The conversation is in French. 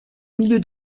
milieu